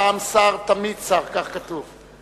פעם שר תמיד שר, כך כתוב.